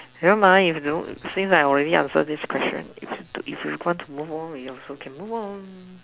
never mind don't seem like already answer this question if we want to move on we also can move on